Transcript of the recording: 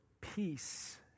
peace